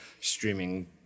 streaming